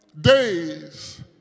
days